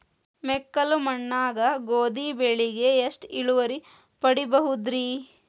ಮೆಕ್ಕಲು ಮಣ್ಣಾಗ ಗೋಧಿ ಬೆಳಿಗೆ ಎಷ್ಟ ಇಳುವರಿ ಪಡಿಬಹುದ್ರಿ?